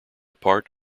part